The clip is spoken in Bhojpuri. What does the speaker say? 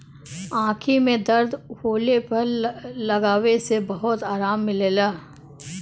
आंखी में दर्द होले पर लगावे से बहुते आराम मिलला